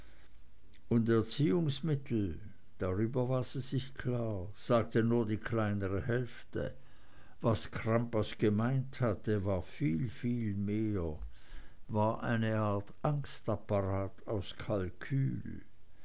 und erziehungsmittel darüber war sie sich klar sagte nur die kleinere hälfte was crampas gemeint hatte war viel viel mehr war eine art angelapparat aus kalkül